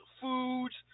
foods